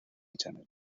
channel